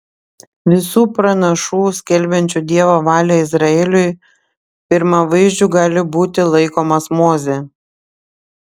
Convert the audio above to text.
visų pranašų skelbiančių dievo valią izraeliui pirmavaizdžiu gali būti laikomas mozė